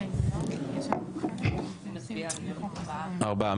ארבעה.